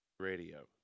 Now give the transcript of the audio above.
radio